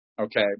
Okay